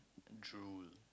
drool